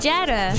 Jada